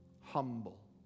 humble